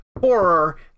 horror